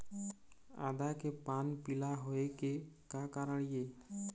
आदा के पान पिला होय के का कारण ये?